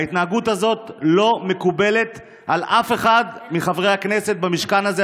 ההתנהגות הזאת לא מקובלת על אף אחד מחברי הכנסת במשכן הזה,